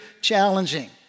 challenging